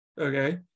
okay